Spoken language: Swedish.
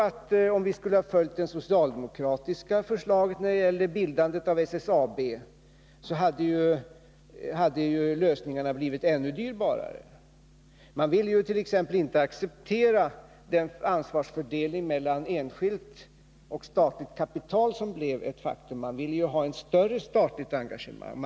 Men om vi skulle ha följt det socialdemokratiska förslaget när det gällde bildandet av SSAB hade lösningarna blivit ännu dyrbarare. Ni ville t.ex. inte acceptera den ansvarsfördelning mellan enskilt och statligt kapital som blev ett faktum. Ni ville ha ett större statligt engagemang.